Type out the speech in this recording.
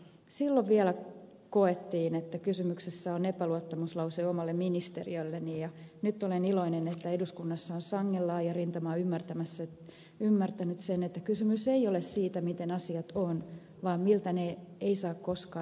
silloin vielä koettiin että kysymyksessä on epäluottamuslause omalle ministeriölleni ja nyt olen iloinen että eduskunnassa on sangen laaja rintama ymmärtänyt sen että kysymys ei ole siitä miten asiat ovat vaan siitä miltä ne eivät saa koskaan näyttää